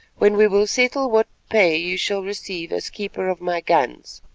when we will settle what pay you shall receive as keeper of my guns.